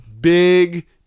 Big